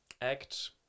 act